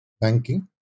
banking